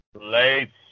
Late